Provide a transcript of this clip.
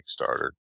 Kickstarter